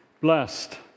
Blessed